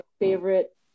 favorite